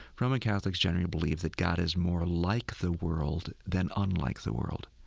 roman catholics generally believe that god is more like the world than unlike the world.